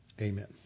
amen